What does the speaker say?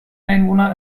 einwohner